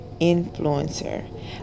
influencer